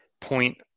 point